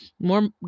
more